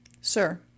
Sir